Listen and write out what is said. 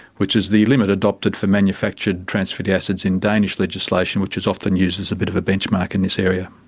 which is the limit adopted for manufactured trans fatty acids in danish legislation which is often used as a bit of a benchmark in this area.